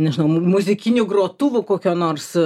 nežinau muzikinių grotuvų kokio nors